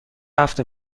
هفته